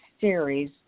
series